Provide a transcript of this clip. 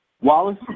Wallace